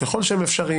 ככל שהם אפשריים,